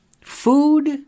food